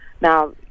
Now